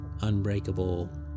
unbreakable